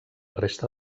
resta